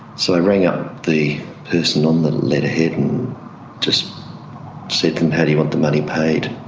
so i rang up the person on the letterhead and just said to them, how do you want the money paid?